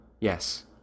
Yes